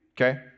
Okay